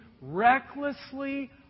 recklessly